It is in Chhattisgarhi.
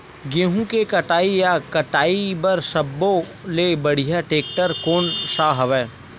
गेहूं के कटाई या कटाई बर सब्बो ले बढ़िया टेक्टर कोन सा हवय?